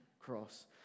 cross